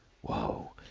whoa